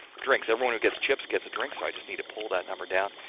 drinks. everyone who gets chips gets a drink. so, i just need to pull that number down.